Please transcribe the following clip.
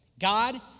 God